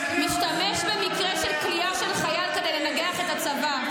תתגייס --- משתמש במקרה של כליאה של חייל כדי לנגח את הצבא.